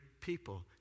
people